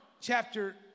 chapter